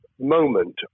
moment